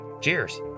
Cheers